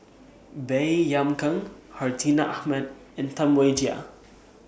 Baey Yam Keng Hartinah Ahmad and Tam Wai Jia